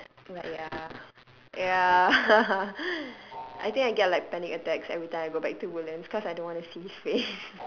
but ya ya I think I get like panic attacks every time I go back to woodlands cause I don't want to see his face